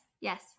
yes